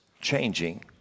changing